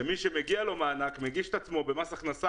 שמי שמגיע לו מענק מגיש בקשה במס הכנסה